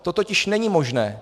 To totiž není možné.